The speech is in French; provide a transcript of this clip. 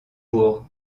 burg